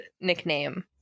nickname